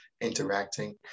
interacting